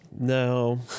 no